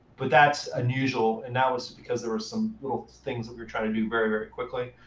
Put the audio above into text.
but that's unusual. and that was because there were some little things that were trying to do very, very quickly.